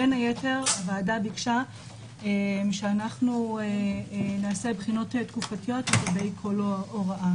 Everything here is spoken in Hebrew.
בין היתר הוועדה ביקשה שאנחנו נעשה בחינות תקופתיות לגבי כל הוראה.